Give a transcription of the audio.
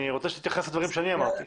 אני רוצה שתתייחס לדברים שאני אמרתי.